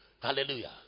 Hallelujah